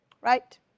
right